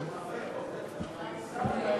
אינו נוכח.